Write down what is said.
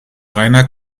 reiner